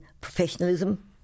professionalism